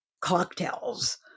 cocktails